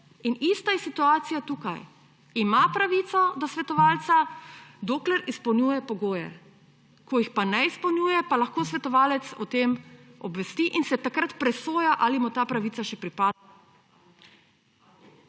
In ista je situacija tukaj. Ima pravico do svetovalca, dokler izpolnjuje pogoje. Ko jih pa ne izpolnjuje, pa lahko svetovalec o tem obvesti in se takrat presoja, ali mu ta pravica še pripada